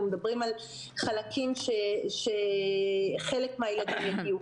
מדברים על חלקים שחלק מהילדים יגיעו,